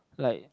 like